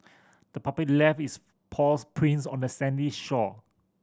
the puppy left its paws prints on the sandy shore